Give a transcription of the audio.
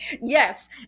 Yes